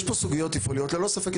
יש פה סוגיות תפעוליות.